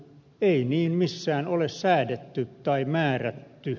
ei niin missään ole säädetty tai määrätty